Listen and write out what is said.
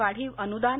वाढीव अनूदान